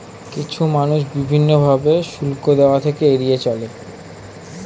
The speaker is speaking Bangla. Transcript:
কিছু মানুষ বিভিন্ন ভাবে শুল্ক দেওয়া থেকে এড়িয়ে চলে